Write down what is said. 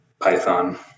Python